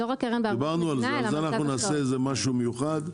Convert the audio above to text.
דיברנו על זה, ואנחנו נעשה לזה משהו מיוחד.